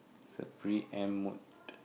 is a pre em mode